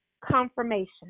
confirmation